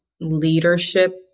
leadership